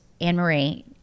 Anne-Marie